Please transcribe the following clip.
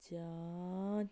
ਜਾਂਚ